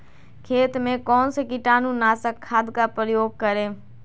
खेत में कौन से कीटाणु नाशक खाद का प्रयोग करें?